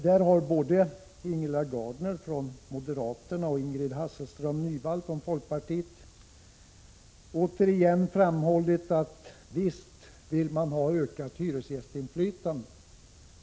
Där har både Ingela Gardner från moderaterna och Ingrid Hasselström Nyvall från folkpartiet återigen framhållit att man visst vill ha ökat hyresgästinflytande.